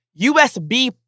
USB